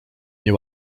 nie